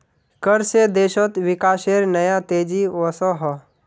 कर से देशोत विकासेर नया तेज़ी वोसोहो